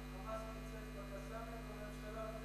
"חמאס" שולחת "קסאמים" והממשלה מקצצת